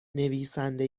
نویسنده